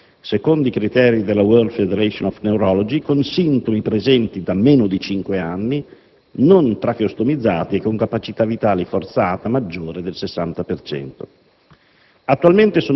o probabile, secondo i criteri della *World Federation of Neurology*, con sintomi presenti da meno di cinque anni, non tracheostomizzati e con capacità vitale forzata maggiore del 60